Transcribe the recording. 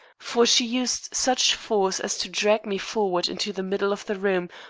for she used such force as to drag me forward into the middle of the room,